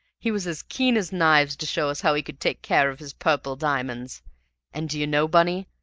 he was as keen as knives to show us how he could take care of his purple diamonds and, do you know, bunny,